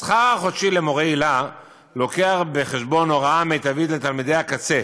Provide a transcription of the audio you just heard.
השכר החודשי של מורי היל"ה מביא בחשבון הוראה מיטבית לתלמידי הקצה,